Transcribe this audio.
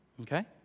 Okay